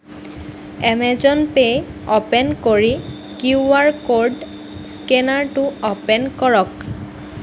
Amazon pay open কৰি Q R code স্কেনাৰটো open কৰক